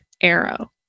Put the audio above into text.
arrow